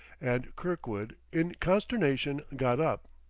and kirkwood, in consternation, got up.